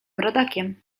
rodakiem